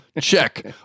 Check